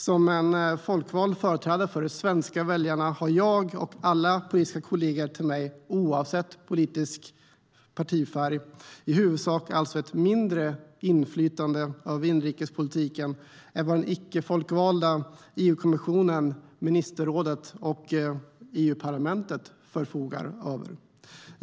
Som folkvalda företrädare för de svenska väljarna har alltså jag och alla politiska kollegor till mig, oavsett partifärg, i huvudsak mindre inflytande över inrikespolitiken än vad den icke folkvalda EU-kommissionen, ministerrådet och EU-parlamentet förfogar över.